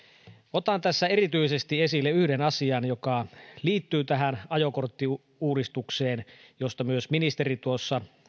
otan tässä erityisesti esille yhden asian joka liittyy tähän ajokorttiuudistukseen josta myös ministeri tuossa